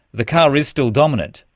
the car is still dominant.